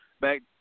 back